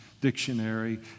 Dictionary